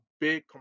big